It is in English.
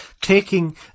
taking